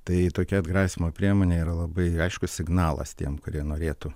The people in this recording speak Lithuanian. tai tokia atgrasymo priemonė yra labai aiškus signalas tiem kurie norėtų